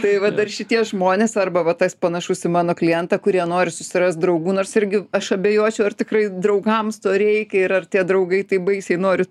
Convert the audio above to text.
tai va dar šitie žmonės arba va tas panašus į mano klientą kurie nori susirast draugų nors irgi aš abejočiau ar tikrai draugams to reikia ir ar tie draugai taip baisiai nori